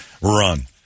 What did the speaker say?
Run